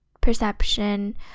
perception